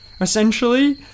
essentially